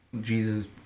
Jesus